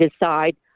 decide